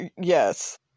yes